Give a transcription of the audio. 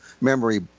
memory